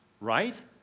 right